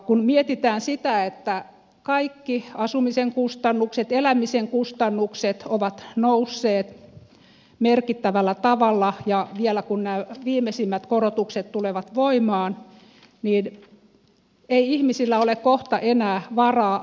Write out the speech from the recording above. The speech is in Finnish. kun mietitään sitä että kaikki asumisen kustannukset elämisen kustannukset ovat nousseet merkittävällä tavalla ja vielä kun nämä viimeisimmät korotukset tulevat voimaan niin ei ihmisillä ole kohta enää varaa asua